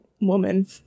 woman